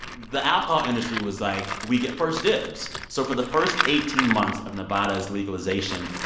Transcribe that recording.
the alcohol industry was like, we get first dibs. so for the first eighteen months of nevada's legalization,